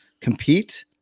compete